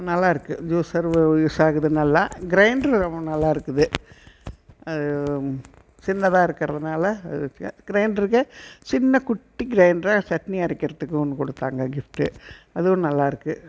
நல்லாயிருக்கு juicer use ஆகுது நல்லா கிரைண்ட்ரு நல்லா இருக்குது அது சின்னதாக இருக்கிறதுனால கிரைண்டருக்கு சின்ன குட்டி கிரைண்டரு சட்னி அரைக்கிறதுக்கு கொடுத்தாங்க கிஃப்ட்டு அதுவும் நல்லாயிருக்கு